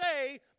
say